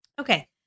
Okay